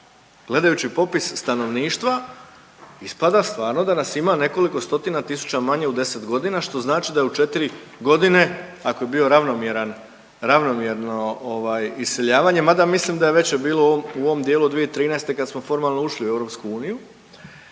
gledajući popis stanovništva ispada stvarno da nas ima nekoliko stotina tisuća manje u 10 godina, što znači da je 4 godine, ako je bio ravnomjerno iseljavanje, mada mislim da je veće bilo u ovom dijelu 2013. kad smo formalno ušli u EU,